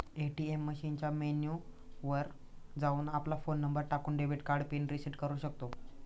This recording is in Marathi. ए.टी.एम मशीनच्या मेनू वर जाऊन, आपला फोन नंबर टाकून, डेबिट कार्ड पिन रिसेट करू शकतो